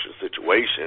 situation –